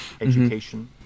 education